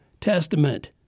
Testament